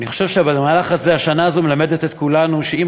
אני חושב שהשנה הזאת מלמדת את כולנו שאם